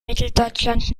mitteldeutschland